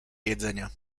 jedzenia